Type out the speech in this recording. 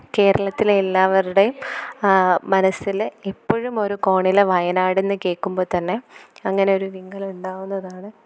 കേരളത്തിലെ എല്ലാവരുടെയും മനസ്സിൽ ഇപ്പോഴും ഒരു കോണിൽ വയനാട് എന്ന് കേൾക്കുമ്പം തന്നെ അങ്ങനെയൊരു വിങ്ങലുണ്ടാവുന്നതാണ്